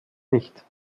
nicht